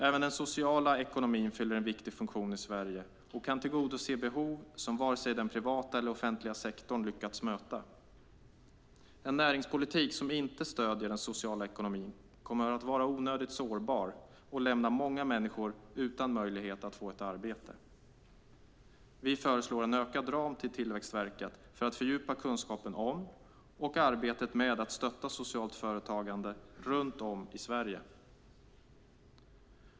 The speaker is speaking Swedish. Även den sociala ekonomin fyller en viktig funktion i Sverige och kan tillgodose behov som varken den privata eller offentliga sektorn lyckas möta. En näringspolitik som inte stöder den sociala ekonomin kommer att vara onödigt sårbar och lämna många människor utan möjlighet att få ett arbete. Vi föreslår en ökad ram till Tillväxtverket för att fördjupa kunskapen om och arbetet med att stötta socialt företagande runt om i Sverige.